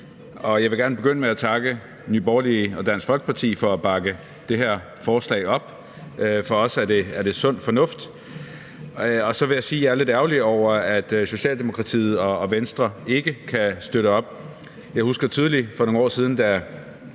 jeg vil gerne begynde med at takke Nye Borgerlige og Dansk Folkeparti for at bakke det her forslag op. For os er det sund fornuft. Og så vil jeg sige, at jeg er lidt ærgerlig over, at Socialdemokratiet og Venstre ikke kan støtte op om det. Jeg husker tydeligt for nogle år siden,